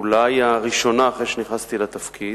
אולי הראשונה אחרי שנכנסתי לתפקיד,